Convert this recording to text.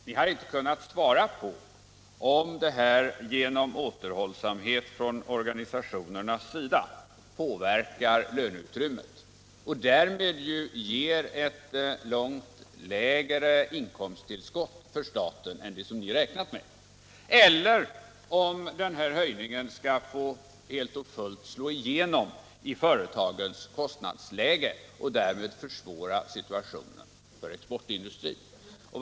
Ni har inte kunnat svara på om återhållsamheten från organisationernas sida påverkar löneutrymmet och därmed ger ett långt lägre inkomsttillskott för staten än det som ni räknat med, eller om höjningen skall få helt och fullt slå igenom i företagens kostnadsläge och därmed försvåra situationen för exportindustrin.